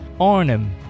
Arnhem